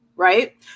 Right